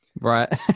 Right